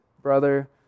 Brother